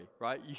right